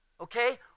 Okay